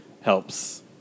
helps